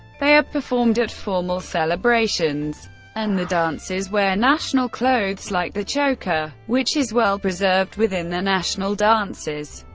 they are performed at formal celebrations and the dancers wear national clothes like the chokha, which is well-preserved within the national dances.